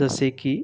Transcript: जसे की